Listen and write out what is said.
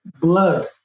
blood